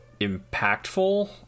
impactful